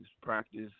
practice